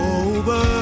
over